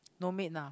no maid ah